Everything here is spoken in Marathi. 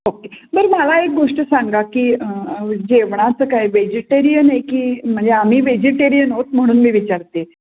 ओके बरं मला एक गोष्ट सांगा की जेवणाचं काय वेजिटेरियन आहे की म्हणजे आम्ही वेजिटेरियन आहोत म्हणून मी विचारते आहे